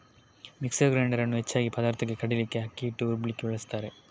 mixer grinder ಅನ್ನು ಹೆಚ್ಚಾಗಿ ಪದಾರ್ಥಕ್ಕೆ ಕಡೀಲಿಕ್ಕೆ, ಅಕ್ಕಿ ಹಿಟ್ಟು ರುಬ್ಲಿಕ್ಕೆ ಬಳಸ್ತಾರೆ